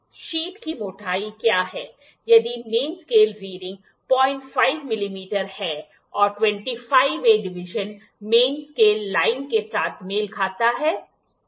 sheet की मोटाई क्या है यदि मेन स्केल रीडिंग 05 मिलीमीटर है और 25 वें डिवीजन मेन स्केल लाइन के साथ मेल खाता है